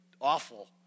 awful